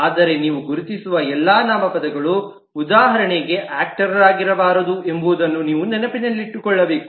ಆದರೆ ನೀವು ಗುರುತಿಸುವ ಎಲ್ಲಾ ನಾಮಪದಗಳು ಉದಾಹರಣೆಗೆ ಆಕ್ಟರಾಗಿರಬಾರದು ಎಂಬುದನ್ನು ನೀವು ನೆನಪಿನಲ್ಲಿಟ್ಟುಕೊಳ್ಳಬೇಕು